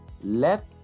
Let